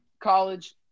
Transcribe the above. college